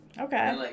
Okay